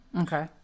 okay